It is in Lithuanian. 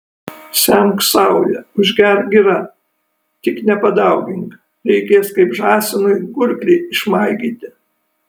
semk sauja užgerk gira tik nepadaugink reikės kaip žąsinui gurklį išmaigyti